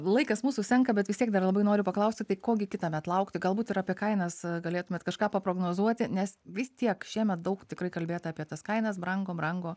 laikas mūsų senka bet vis tiek dar labai noriu paklausti tai ko gi kitąmet laukti galbūt ir apie kainas galėtumėt kažką paprognozuoti nes vis tiek šiemet daug tikrai kalbėta apie tas kainas brango brango